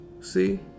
See